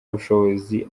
bushobozi